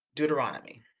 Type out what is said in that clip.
Deuteronomy